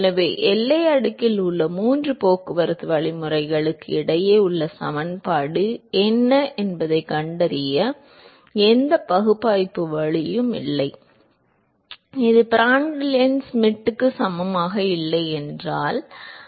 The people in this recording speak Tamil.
எனவே எல்லை அடுக்கில் உள்ள மூன்று போக்குவரத்து வழிமுறைகளுக்கு இடையே உள்ள சமன்பாடு என்ன என்பதைக் கண்டறிய எந்த பகுப்பாய்வு வழியும் இல்லை இது ப்ராண்ட்டல் எண் ஷ்மிட்டிற்கு சமமாக இல்லை என்றால் எண்